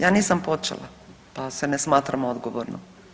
Ja nisam počela, pa se ne smatram odgovornom.